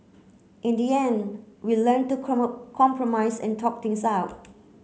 in the end we learnt to compromise and talk things out